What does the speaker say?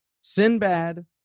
Sinbad